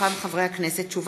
ורחל עזריה, הצעת חוק